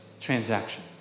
transaction